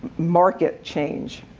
market change.